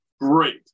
Great